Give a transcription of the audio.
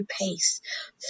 pace